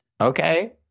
Okay